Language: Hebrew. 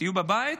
תהיו בבית,